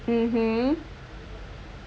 mm